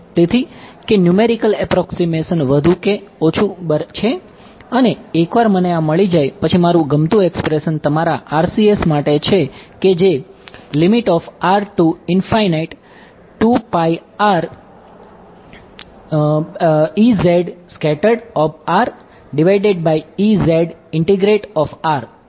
તેથી કે numerical approximation તમારા RCS માટે છે કે જે હતું